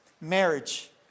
marriage